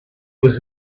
was